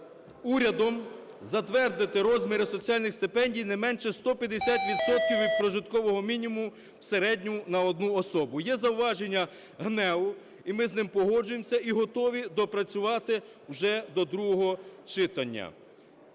урядом затвердити розміри соціальних стипендій не менше 150 відсотків від прожиткового мінімуму в середньому на 1 особу. Є зауваження ГНЕУ, і ми з ним погоджуємося, і готові доопрацювати вже до другого читання.